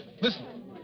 Listen